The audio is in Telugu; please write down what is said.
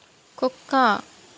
కుక్క